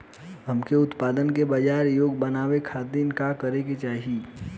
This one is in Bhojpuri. हमके उत्पाद के बाजार योग्य बनावे खातिर का करे के चाहीं?